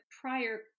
prior